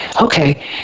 okay